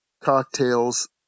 cocktails